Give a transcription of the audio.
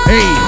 Hey